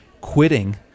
quitting